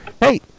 Hey